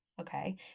Okay